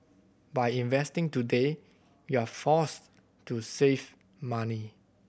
by investing today you're forced to save money